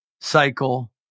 cycle